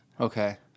Okay